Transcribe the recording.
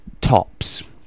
tops